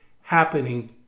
happening